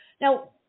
Now